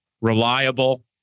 reliable